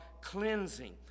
cleansing